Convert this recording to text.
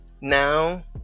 now